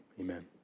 Amen